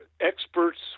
Experts